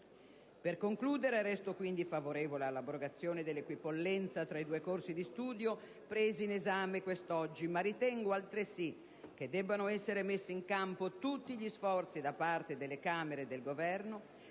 Per concludere, resto quindi favorevole all'abrogazione dell'equipollenza tra i due corsi di studio presi in esame quest'oggi, ma ritengo altresì che debbano essere messi in campo tutti gli sforzi da parte delle Camere e del Governo